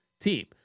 team